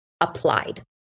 applied